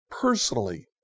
Personally